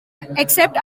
except